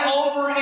over